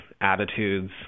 attitudes